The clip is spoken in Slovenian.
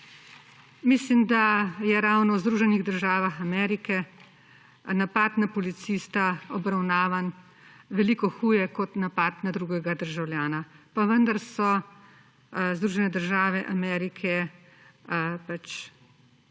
Mislim, da je ravno v Združenih državah Amerike napad na policista obravnavan veliko huje kot napad na drugega državljana; pa vendar so Združene države Amerike s